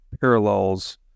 parallels